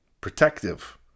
protective